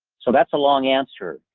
so that's a long answer.